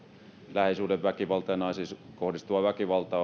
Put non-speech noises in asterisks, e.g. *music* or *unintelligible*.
lähisuhdeväkivalta ja naisiin kohdistuva väkivalta *unintelligible*